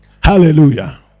Hallelujah